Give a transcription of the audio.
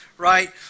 right